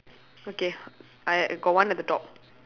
okay I I got one at the top